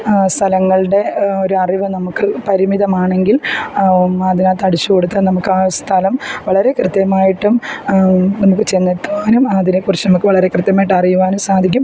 സ്ഥലങ്ങളുടെ ഒരു അറിവ് നമുക്ക് പരിമിതമാണെങ്കിൽ അതിനകത്ത് അടിച്ചുകൊടുത്താൽ നമുക്കാ സ്ഥലം വളരെ കൃത്യമായിട്ടും നമുക്ക് ചെന്നെത്താനും അതിനെകുറിച്ച് നുമുക്ക് വളരെ കൃത്യമായിട്ട് അറിയുവാനും സാധിക്കും